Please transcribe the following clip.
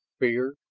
fear,